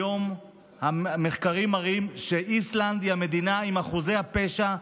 היום המחקרים מראים שאיסלנד היא המדינה עם אחוזי הפשע,